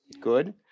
good